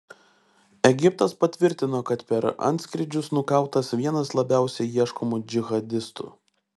egiptas patvirtino kad per antskrydžius nukautas vienas labiausiai ieškomų džihadistų